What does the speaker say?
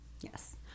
yes